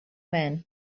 men